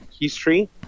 history